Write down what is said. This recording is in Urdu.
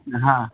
ہاں